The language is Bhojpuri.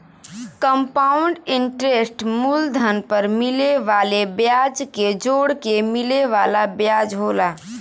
कंपाउड इन्टरेस्ट मूलधन पर मिले वाले ब्याज के जोड़के मिले वाला ब्याज होला